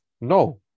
No